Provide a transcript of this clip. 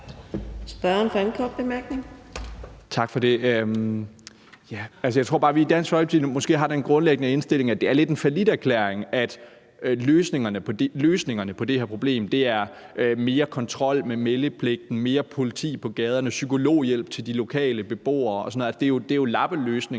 Mikkel Bjørn (DF): Tak for det. Jeg tror bare, at vi i Dansk Folkeparti har den grundlæggende indstilling, at det lidt er en falliterklæring, at løsningerne på det her problem er mere kontrol med meldepligten, mere politi på gaderne, psykologhjælp til de lokale beboere osv. Det er jo lappeløsninger,